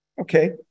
Okay